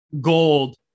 Gold